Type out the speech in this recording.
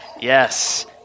Yes